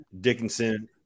Dickinson